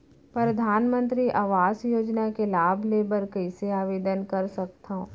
परधानमंतरी आवास योजना के लाभ ले बर कइसे आवेदन कर सकथव?